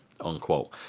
unquote